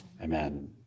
Amen